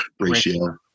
ratio